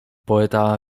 poeta